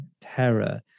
terror